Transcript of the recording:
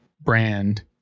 brand